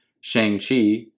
Shang-Chi